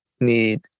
need